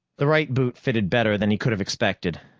the right boot fitted better than he could have expected,